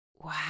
Wow